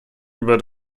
über